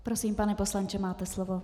Prosím, pane poslanče, máte slovo.